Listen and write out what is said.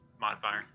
modifier